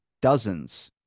Dozens